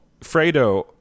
Fredo